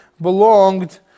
belonged